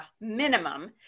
minimum